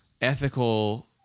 ethical